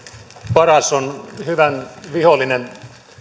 paras on hyvän vihollinen